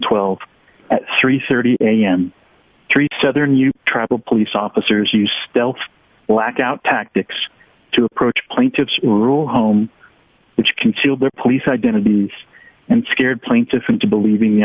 twelve at three thirty am treats other new travel police officers use stealth blackout tactics to approach plaintiff's rule home which concealed their police identities and scared plaintiff into believing the